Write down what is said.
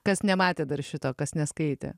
kas nematė dar šito kas neskaitė